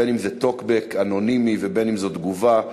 אם זה טוקבק אנונימי ואם זאת תגובה,